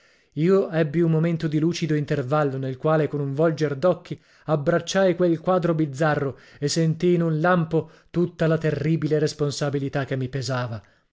io ebbi un momento di lucido intervallo nel quale con un volger d'occhi abbracciai quel quadro bizzarro e sentii in un lampo tutta la terribile responsabilità che mi pesava